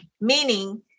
meaning